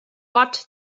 what